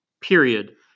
Period